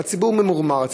אבל הציבור ממורמר.